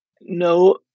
No